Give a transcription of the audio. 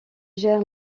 gère